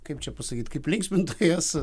kaip čia pasakyt kaip linksmintojas